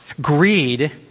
greed